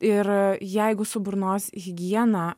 ir jeigu su burnos higiena